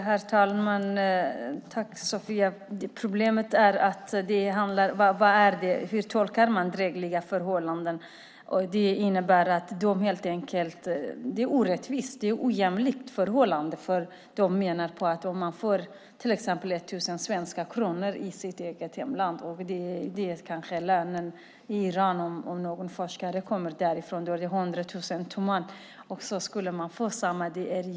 Herr talman! Jag tackar Sofia Larsen för svaret. Problemet är hur man tolkar "drägliga förhållanden". Det är orättvisa och ojämlika förhållanden. Om en forskare kommer från Iran är lönen i hemlandet kanske 100 000 toman, ungefär 1 000 svenska kronor, och så blir lönen densamma i Sverige.